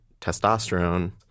testosterone